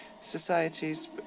societies